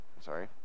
Sorry